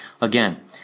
Again